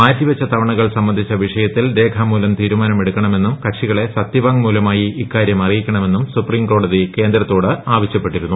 മാറ്റിവച്ച തവണകൾ സംബന്ധിച്ച വിഷയ ത്തിൽ രേഖാമൂലം തീരുമാനം എടുക്കണമെന്നും കക്ഷികളെ സത്യവാങ്മൂലമായി ഇക്കാര്യം അറിയിക്കണമെന്നും സുപ്രീംകോടതി കേന്ദ്രത്തോട് ആവശ്യപ്പെട്ടിരുന്നു